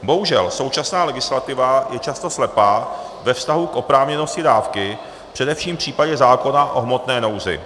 Bohužel, současná legislativa je často slepá ve vztahu k oprávněnosti dávky, především v případě zákona o hmotné nouzi.